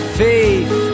faith